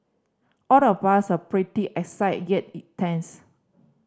all of us are pretty excited yet it tense